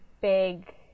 big